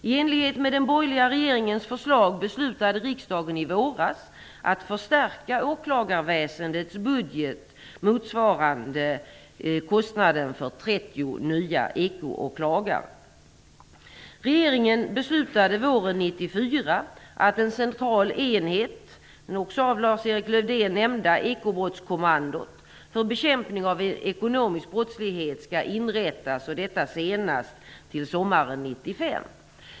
I enlighet med den borgerliga regeringens förslag beslutade riksdagen i våras att förstärka åklagarväsendets budget motsvarande kostnader för 30 nya ekoåklagare. Regeringen beslutade våren 1994 att en central enhet, som också Lars-Erik Lövdén nämnde, ekobrottskommandot, för bekämpning av ekonomisk brottslighet skall inrättas senast till sommaren 1995.